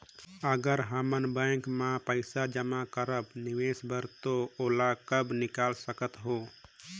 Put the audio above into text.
अगर हमन बैंक म पइसा जमा करब निवेश बर तो ओला कब निकाल सकत हो?